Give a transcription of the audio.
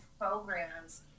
programs